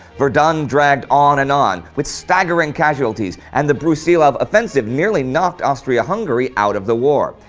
verdun dragged on and on, with staggering casualties, and the brusilov offensive nearly knocked austria-hungary out of the war.